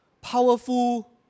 powerful